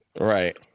Right